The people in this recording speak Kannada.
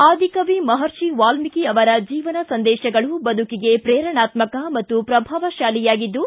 ಆದಿಕವಿ ಮಹರ್ಷಿ ವಾಲ್ಮೀಕಿ ಅವರ ಜೀವನ ಸಂದೇತಗಳು ಬದುಕಿಗೆ ಪ್ರೇರಾಣಾತ್ಯಕ ಮತ್ತು ಪ್ರಭಾವಶಾಲಿಯಾಗಿದ್ದು